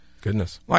Goodness